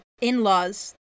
in-laws